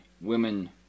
women